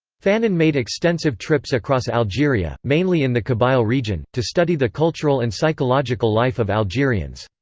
fanon made extensive trips across algeria, mainly in the kabyle region, to study the cultural and psychological life of algerians.